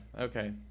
okay